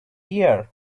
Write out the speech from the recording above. year